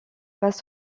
passe